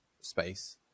space